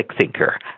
thinker